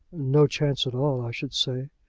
no chance at all, i should say.